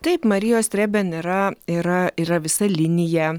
taip marijos trėben yra yra yra visa linija